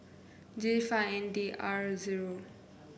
J five N D R zero